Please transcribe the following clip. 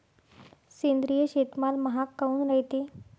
सेंद्रिय शेतीमाल महाग काऊन रायते?